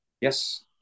Yes